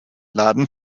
laden